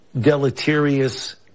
deleterious